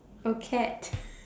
oh cat